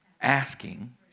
asking